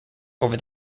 over